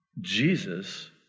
Jesus